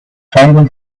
tribal